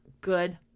good